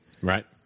Right